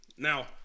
Now